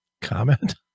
Comment